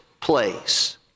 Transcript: place